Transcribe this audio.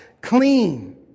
clean